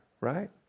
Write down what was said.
right